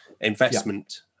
investment